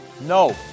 no